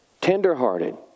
tender-hearted